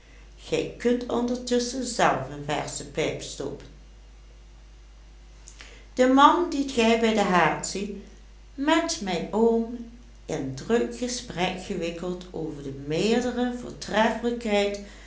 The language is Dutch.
gij kunt ondertusschen zelf een versche pijp stoppen de man dien gij bij den haard ziet met mijn oom in druk gesprek gewikkeld over de meerdere voortreffelijkheid